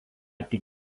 tik